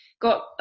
got